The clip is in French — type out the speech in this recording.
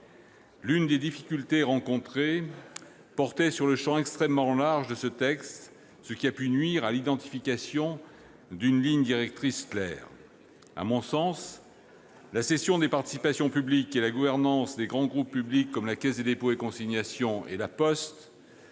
L'une des difficultés rencontrées portait sur le champ extrêmement large de ce texte, ce qui a pu nuire à l'identification d'une ligne directrice claire. À mon sens, la cession des participations publiques et la gouvernance des grands groupes publics comme la Caisse des dépôts et consignations et La Poste